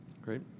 Great